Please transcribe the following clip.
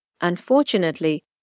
Unfortunately